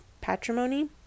patrimony